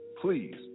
Please